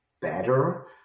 better